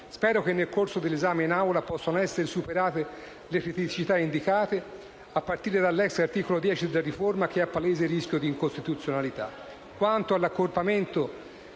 Spero che nel corso dell'esame in Aula possano essere superate le criticità indicate, a partire dall'ex articolo 10 della riforma, che è a palese rischio di incostituzionalità.